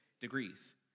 degrees